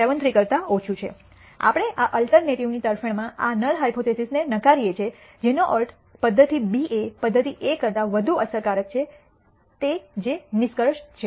73 કરતા ઓછું છે આપણે આ અલ્ટરનેટિવની તરફેણમાં આ નલ હાયપોથીસિસને નકારીએ છીએ જેનો અર્થ પદ્ધતિ બી એ પદ્ધતિ A વધુ અસરકારક છે તે જે નિષ્કર્ષ છે